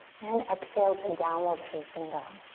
and exhale to downward facing dog.